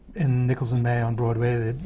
in nichols and may on broadway,